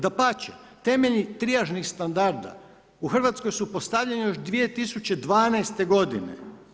Dapače, temelji trijažnih standarda u Hrvatskoj su postavljeni još 2012. godine.